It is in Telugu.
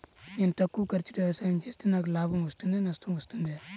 నేను తక్కువ ఖర్చుతో వ్యవసాయం చేస్తే నాకు లాభం వస్తుందా నష్టం వస్తుందా?